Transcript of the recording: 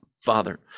Father